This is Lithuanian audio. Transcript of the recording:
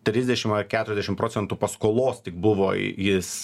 trisdešim ar keturiasdešim procentų paskolos tik buvo jis